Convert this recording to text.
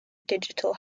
digital